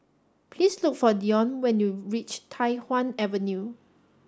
please look for Dionne when you reach Tai Hwan Avenue